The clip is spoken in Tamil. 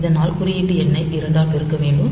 இதனால் குறியீட்டு எண்ணை 2 ஆல் பெருக்க வேண்டும்